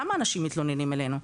למה אנשים מתלוננים אלינו?